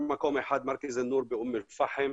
מקום אחד זה נור, באום אל פאחם.